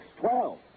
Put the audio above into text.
twelve